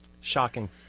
Shocking